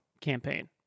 campaign